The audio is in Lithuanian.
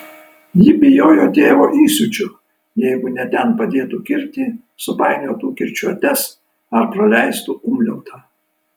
ji bijojo tėvo įsiūčio jeigu ne ten padėtų kirtį supainiotų kirčiuotes ar praleistų umliautą